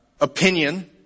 opinion